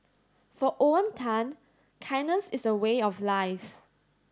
for Owen Tan kindness is a way of life